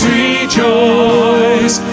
rejoice